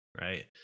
right